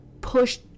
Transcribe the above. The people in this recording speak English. push